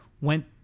went